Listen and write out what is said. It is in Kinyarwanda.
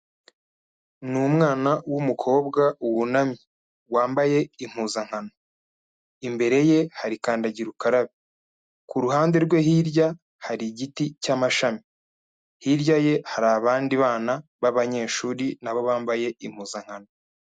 Ni umwana w'umukobwa wunamye wambaye impuzankano, imbere ye hari kandagira ukarabe, ku ruhande rwe hirya hari igiti cyamashami, hirya ye hari abandi bana b'abanyeshuri nabo bambaye impuzankano.